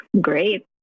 great